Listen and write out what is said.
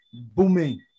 booming